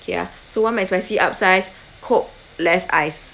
okay ah so one mcspicy upsize coke less ice